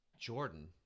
Jordan